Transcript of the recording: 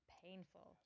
painful